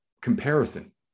comparison